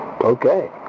Okay